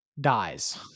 dies